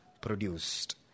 produced